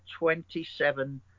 27